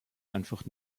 einfach